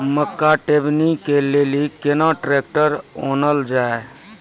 मक्का टेबनी के लेली केना ट्रैक्टर ओनल जाय?